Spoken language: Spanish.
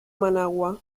managua